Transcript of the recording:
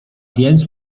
więc